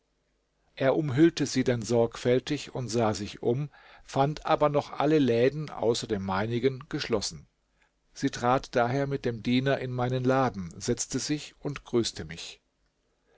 er umhüllte sie dann sorgfältig und sie sah sich um fand aber noch alle läden außer dem meinigen geschlossen sie trat daher mit dem diener in meinen laden setzte sich und grüßte mich